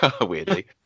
weirdly